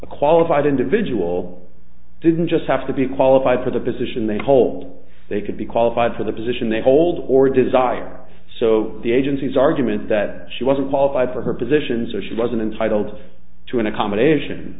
a qualified individual didn't just have to be qualified for the position they hold they could be qualified for the position they hold or desired so the agencies argument that she wasn't qualified for her positions or she wasn't entitled to an accommodation